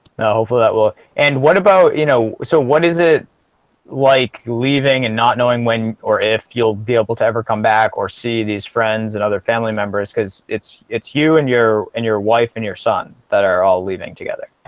no hopeful that well, and what about you know so what is it like? leaving and not knowing when or if you'll be able to ever come back or see these friends and other family members because it's it's you and your and your wife, and your son that are all leaving together